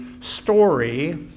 story